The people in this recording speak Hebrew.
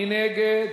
מי נגד?